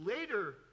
later